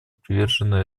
привержены